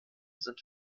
sind